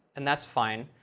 and that's fine.